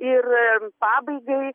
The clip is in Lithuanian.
ir pabaigai